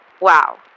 Wow